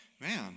man